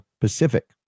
Pacific